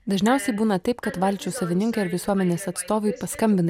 dažniausiai būna taip kad valčių savininkai ar visuomenės atstovai paskambina